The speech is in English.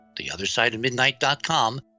theothersideofmidnight.com